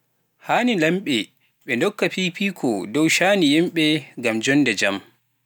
E haani laamɓe ɓe ndokka fiifiiko dow caani yimɓe ngam jonnde jam.